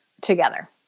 Together